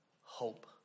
hope